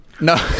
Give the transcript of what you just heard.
No